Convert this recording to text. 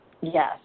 Yes